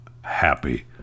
happy